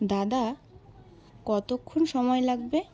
দাদা কতক্ষণ সময় লাগবে